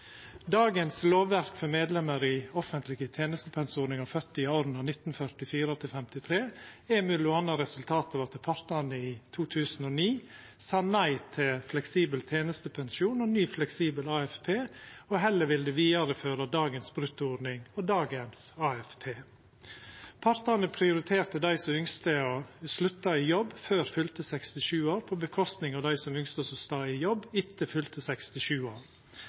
Dagens lovverk for medlemar i offentlege tenestepensjonsordningar fødde i åra 1944–1953 er m.a. resultatet av at partane i 2009 sa nei til fleksibel tenestepensjon og ny fleksibel AFP, og heller ville vidareføra dagens bruttoordning og dagens AFP. Partane prioriterte dei som ønskte å slutta i jobb før fylte 67 år på kostnad av dei som ønskte å stå i jobb etter fylte 67 år.